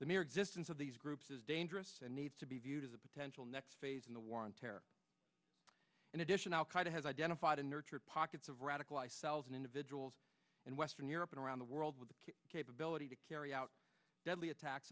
the mere existence of these groups is dangerous and needs to be viewed as a potential next phase in the war on terror in addition al qaida has identified and nurtured pockets of radical i cells and individuals and western europe and around the world with the capability to carry out deadly attacks